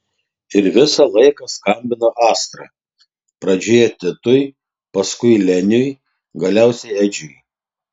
ir visą laiką skambina astra pradžioje titui paskui leniui galiausiai edžiui